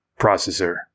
processor